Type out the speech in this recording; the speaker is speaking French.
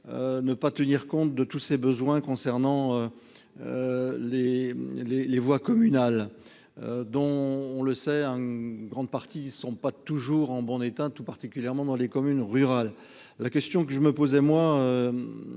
ne pas tenir compte de tous ces besoins concernant les les les voies communales dont on le sait, hein, une grande partie ne sont pas toujours en bon état, tout particulièrement dans les communes rurales, la question que je me posais moi,